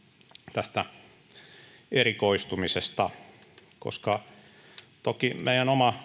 tästä erikoistumisesta koska toki meidän oma